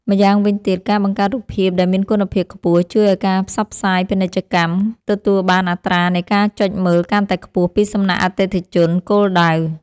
ម្យ៉ាងវិញទៀត ការបង្កើតរូបភាពដែលមានគុណភាពខ្ពស់ជួយឱ្យការផ្សព្វផ្សាយពាណិជ្ជកម្មទទួលបានអត្រានៃការចុចមើលកាន់តែខ្ពស់ពីសំណាក់អតិថិជនគោលដៅ។